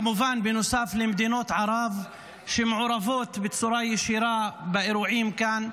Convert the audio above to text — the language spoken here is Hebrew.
כמובן בנוסף למדינות ערב שמעורבות בצורה ישירה באירועים כאן,